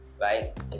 right